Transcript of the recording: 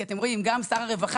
מה את אומרת שזה לא עוזר?